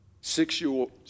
Six-year-old